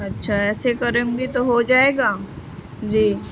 اچھا ایسے کروں گی تو ہو جائے گا جی